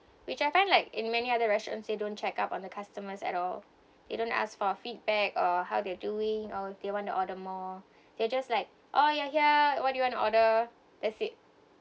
which I find like in many other restaurants they don't check up on the customers at all you don't ask for feedback or how they're doing or they want to order more they're just like oh yeah yeah what do you want to order that's it